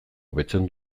hobetzen